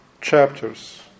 chapters